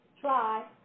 try